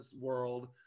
world